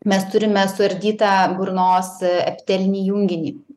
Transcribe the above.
mes turime suardytą burnos eterinį junginį